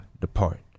depart